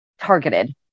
targeted